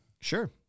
Sure